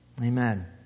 Amen